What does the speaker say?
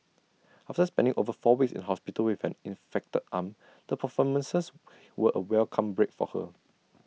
after spending over four weeks in hospital with an infected arm the performances were A welcome break for her